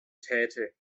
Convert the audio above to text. täte